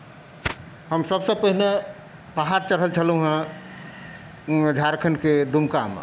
हम सभसँ पहिने पहाड़ चढ़ल छलहुँ हेँ झारखण्डके दुमकामे